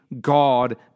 God